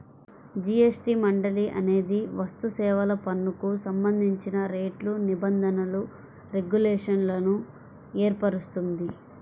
GST మండలి అనేది వస్తుసేవల పన్నుకు సంబంధించిన రేట్లు, నిబంధనలు, రెగ్యులేషన్లను ఏర్పరుస్తుంది